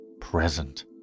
present